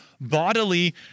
bodily